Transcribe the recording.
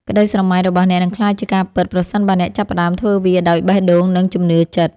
ក្ដីស្រមៃរបស់អ្នកនឹងក្លាយជាការពិតប្រសិនបើអ្នកចាប់ផ្ដើមធ្វើវាដោយបេះដូង និង ជំនឿចិត្ត។